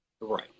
Right